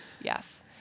Yes